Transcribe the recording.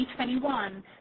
2021